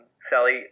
Sally